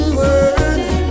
words